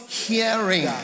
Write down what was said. hearing